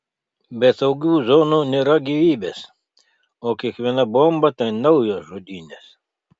be saugių zonų nėra gyvybės o kiekviena bomba tai naujos žudynės